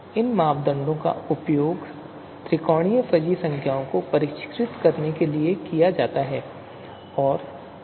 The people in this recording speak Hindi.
इन मापदंडों का उपयोग त्रिकोणीय फजी संख्याओं को परिष्कृत करने के लिए किया जाता है